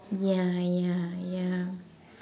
ya ya ya